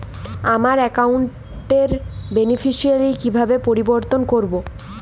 আমার অ্যাকাউন্ট র বেনিফিসিয়ারি কিভাবে পরিবর্তন করবো?